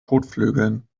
kotflügeln